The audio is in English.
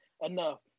enough